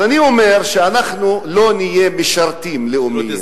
אז אני אומר שאנחנו לא נהיה משרתים לאומיים.